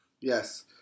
Yes